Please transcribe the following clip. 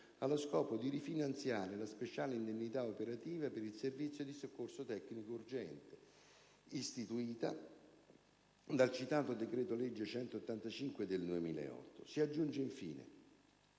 allo scopo di rifinanziare la speciale indennità operativa per il servizio di soccorso tecnico urgente, istituita dal citato decreto-legge n. 185 del 2008. Si aggiunge, infine,